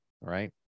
right